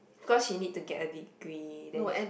because he need to get a degree then she